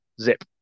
zip